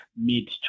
mid